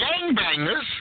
gangbangers